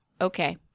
okay